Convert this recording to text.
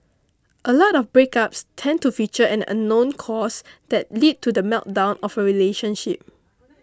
a lot of breakups tend to feature an unknown cause that lead to the meltdown of a relationship